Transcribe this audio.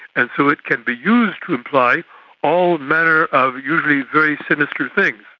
and so it can be used to imply all manner of usually very sinister things.